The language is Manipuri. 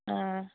ꯑꯥ